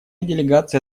делегация